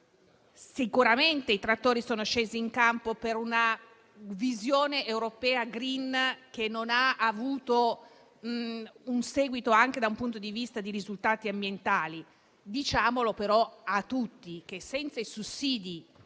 Sicuramente i trattori sono scesi in campo per una visione europea *green* che non ha avuto un seguito anche dal punto di vista dei risultati ambientali, diciamo però a tutti che senza i sussidi